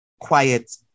quiet